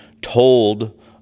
told